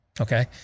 okay